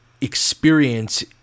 experience